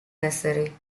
necessary